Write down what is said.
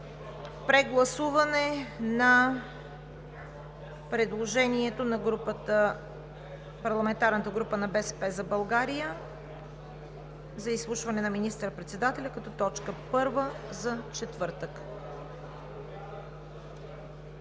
прегласуване на предложението на парламентарната група на „БСП за България“ за изслушване на министър-председателя като точка първа за четвъртък.